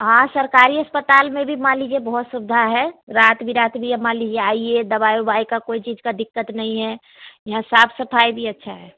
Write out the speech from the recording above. हाँ सरकारी अस्पताल में भी मान लीजिए बहुत सुविधा है रात बिरात भी मान लीजिए आइए दवाई उवाई का कोई चीज का दिक्कत नहीं है यहाँ साफ सफाई भी अच्छा है